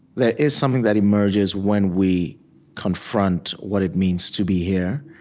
there is something that emerges when we confront what it means to be here,